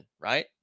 right